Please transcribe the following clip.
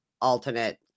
alternate